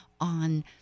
on